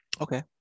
Okay